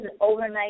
overnight